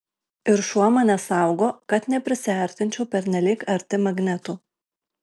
ir šuo mane saugo kad neprisiartinčiau pernelyg arti magnetų